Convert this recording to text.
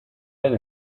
eine